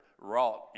wrought